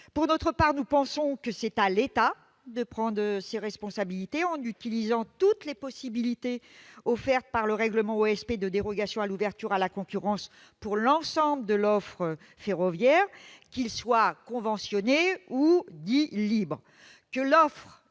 Pour notre part, nous pensons que c'est à l'État de prendre ses responsabilités en utilisant toutes les possibilités offertes par le règlement OSP de dérogations à l'ouverture à la concurrence pour l'ensemble de l'offre ferroviaire, qu'il soit conventionné ou dit « libre